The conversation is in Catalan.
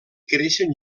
creixen